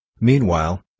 Meanwhile